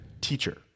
teacher